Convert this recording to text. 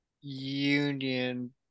union